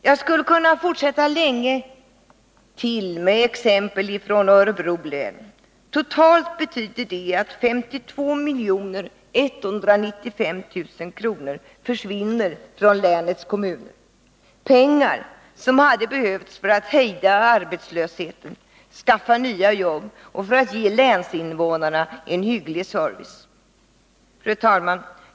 Jag skulle kunna fortsätta länge till att ge exempel från Örebro län. Totalt betyder förslaget till indragning att 52 195 000 kr. försvinner från länets kommuner — pengar som hade behövts för att hejda arbetslösheten, skaffa nya jobb och för att ge länsinnevånarna en hygglig service. Fru talman!